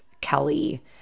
Kelly